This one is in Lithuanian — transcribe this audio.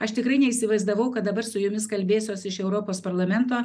aš tikrai neįsivaizdavau kad dabar su jumis kalbėsiuos iš europos parlamento